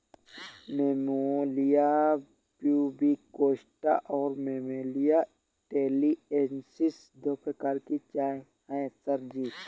camellia pubicosta और camellia taliensis दो प्रकार की चाय है सर जी